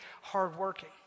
hardworking